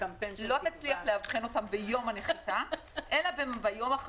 לא נצליח לאבחן אותם ביום הנחיתה אלא ביום,